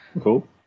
Cool